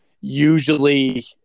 usually